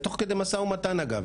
תוך כדי משא ומתן אגב,